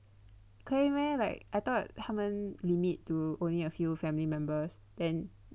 可以 meh like I thought 他们 limit to only a few family members then